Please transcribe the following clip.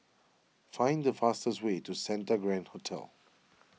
find the fastest way to Santa Grand Hotel